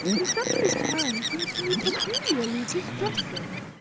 his sudden return seems to me peculiarly distressing.